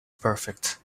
perfect